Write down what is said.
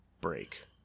Break